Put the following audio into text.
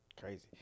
crazy